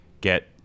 get